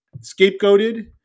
scapegoated